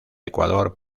ecuador